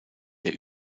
der